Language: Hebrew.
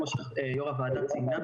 כמו שיו"ר הוועדה ציינה,